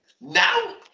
now